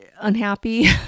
unhappy